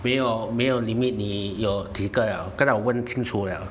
没有没有 limit 你有几个了刚才我问清楚了